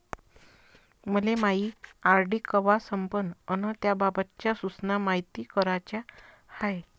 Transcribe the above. मले मायी आर.डी कवा संपन अन त्याबाबतच्या सूचना मायती कराच्या हाय